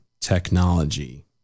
technology